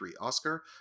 Oscar